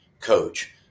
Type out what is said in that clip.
coach